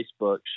Facebook